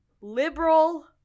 liberal